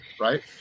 right